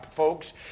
folks